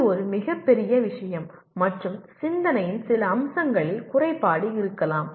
இது ஒரு மிகப் பெரிய விஷயம் மற்றும் சிந்தனையின் சில அம்சங்களில் குறைபாடு இருக்கலாம்